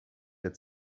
der